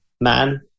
man